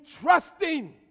trusting